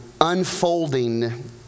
unfolding